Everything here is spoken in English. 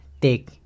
take